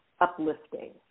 uplifting